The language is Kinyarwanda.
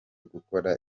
gukora